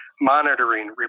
monitoring